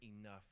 enough